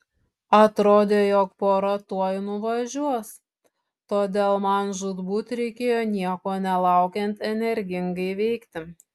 atrodė jog pora tuojau nuvažiuos todėl man žūtbūt reikėjo nieko nelaukiant energingai veikti